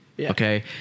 Okay